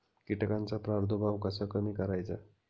कीटकांचा प्रादुर्भाव कसा कमी करायचा?